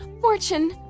Fortune